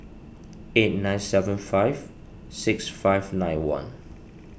eight nine seven five six five nine one